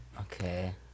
Okay